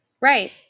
Right